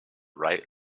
right